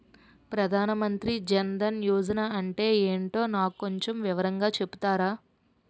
ప్రధాన్ మంత్రి జన్ దన్ యోజన అంటే ఏంటో నాకు కొంచెం వివరంగా చెపుతారా?